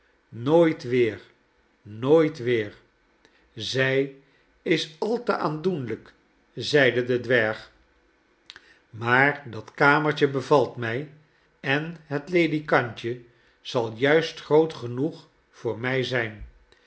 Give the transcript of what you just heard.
nooit weer nooit weer zij is al te aandoenlijk zeide de dwerg maar dat kamertje bevalt mij en het ledikantje zal juist groot genoeg voor mij zijn